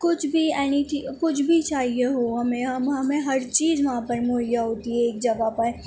کچھ بھی انیتھی کچھ بھی چاہیے ہو ہمیں ہم ہمیں ہر چیز وہاں پر مہیا ہوتی ہے ایک جگہ پر